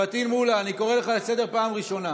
פטין מולא, אני קורא אותך לסדר פעם ראשונה.